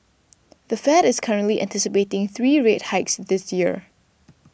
the Fed is currently anticipating three rate hikes this year